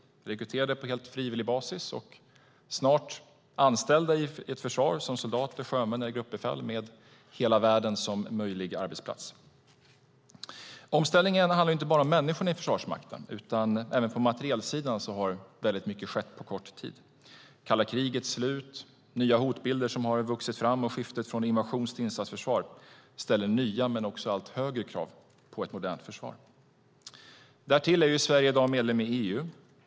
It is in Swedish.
De är rekryterade helt på frivillig basis och snart anställda i försvaret som soldater och sjömän med hela världen som möjlig arbetsplats. Omställningen handlar inte bara om människorna i Försvarsmakten. Även på materielsidan har mycket skett på kort tid. Kalla krigets slut, nya hotbilder som har vuxit fram och skiftet från invasions till insatsförsvar ställer nya och allt högre krav på Sveriges materielförsörjning. Därtill är Sverige i dag medlem i EU.